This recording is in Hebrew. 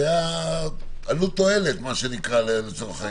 זה עלות-תועלת, מה שנקרא.